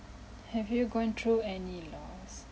have you gone through any loss